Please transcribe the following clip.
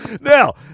Now